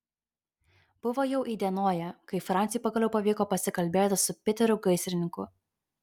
buvo jau įdienoję kai franciui pagaliau pavyko pasikalbėti su piteriu gaisrininku